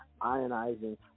ionizing